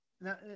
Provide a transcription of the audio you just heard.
Now